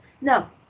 No